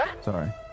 sorry